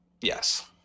Yes